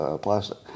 plastic